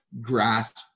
grasp